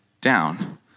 down